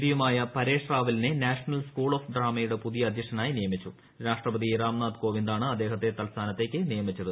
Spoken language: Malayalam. പിയുമായ പരേഷ് റാവലിനെ നാഷണൽ സ്കൂൾ ഓഫ് ഡ്രാ്മ്യുടെ പുതിയ അധ്യക്ഷനായി നിയമിച്ചു രാഷ്ട്രപതി റാം നാഥ് കോവിന്കുആണ് അദേഹത്തെ തൽസ്ഥാനത്തേക്കു നിയമിച്ചുത്